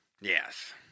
Yes